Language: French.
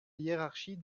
hiérarchie